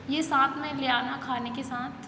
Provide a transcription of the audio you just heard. ये साथ में लिया आना खाने के साथ